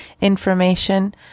information